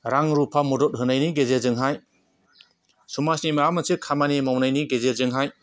रां रुफा मदद होनायनि गेजेरजोंहाय समाजनि माबा मोनसे खामानि मावनायनि गेजेरजोंहाय